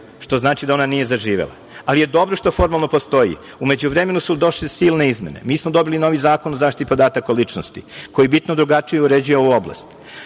što znači da ona nije zaživela, ali je dobro što formalno postoji. U međuvremenu su došle silne izmene. Mi smo dobili novi Zakon o zaštiti podataka o ličnosti koji bitno drugačije uređuje ovu